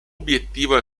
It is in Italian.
obiettivo